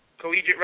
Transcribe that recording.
collegiate